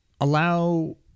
allow